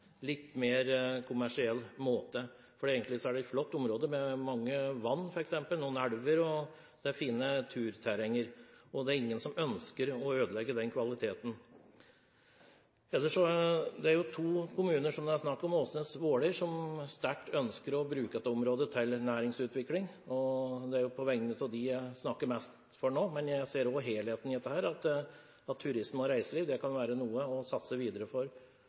litt mer kommersiell måte. Egentlig er dette et flott område med mange vann, noen elver og fine turterreng, og det er ingen som ønsker å ødelegge den kvaliteten. Det er to kommuner det er snakk om – Åsnes og Våler – som sterkt ønsker å bruke dette området til næringsutvikling, og det er mest på vegne av dem jeg snakker nå. Men jeg ser også helheten i dette, nemlig at turisme og reiseliv kan være noe å satse videre på for